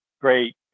Great